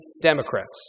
Democrats